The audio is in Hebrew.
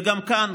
וגם כאן,